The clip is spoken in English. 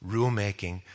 Rulemaking